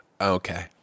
okay